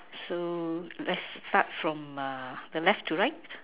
so let's start from the left to right